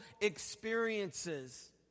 experiences